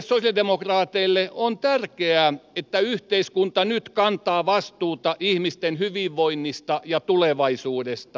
meille sosialidemokraateille on tärkeää että yhteiskunta nyt kantaa vastuuta ihmisten hyvinvoinnista ja tulevaisuudesta